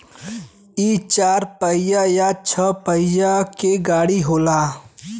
इ चार पहिया या छह पहिया के गाड़ी होला